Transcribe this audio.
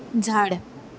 झाड